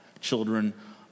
children